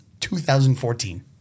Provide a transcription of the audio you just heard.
2014